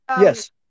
Yes